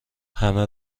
همه